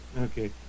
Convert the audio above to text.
okay